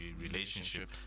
relationship